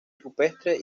rupestre